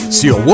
sur